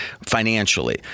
financially